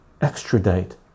extradite